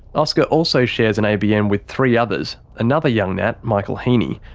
oscar also shares an abn with three others. another young nat, michael heaney,